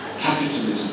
capitalism